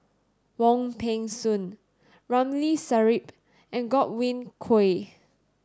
Wong Peng Soon Ramli Sarip and Godwin Koay